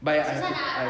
but I I